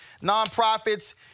nonprofits